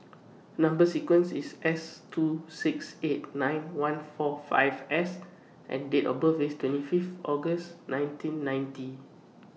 Number sequence IS S two six eight nine one four five S and Date of birth IS twenty Fifth August nineteen ninety